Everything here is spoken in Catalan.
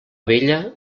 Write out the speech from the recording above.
vella